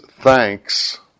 thanks